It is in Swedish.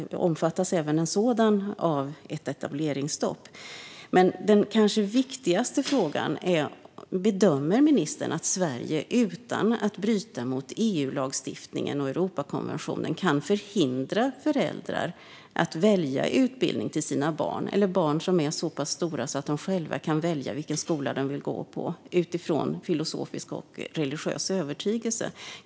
Omfattas även ett sådant fall av ett etableringsstopp? Den kanske viktigaste frågan är dock om ministern bedömer att Sverige utan att bryta mot EU-lagstiftningen och Europakonventionen kan hindra föräldrar att välja utbildning till sina barn. Det gäller även barn som är så pass stora att de själva kan välja vilken skola de vill gå på utifrån filosofisk och religiös övertygelse.